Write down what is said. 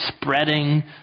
spreading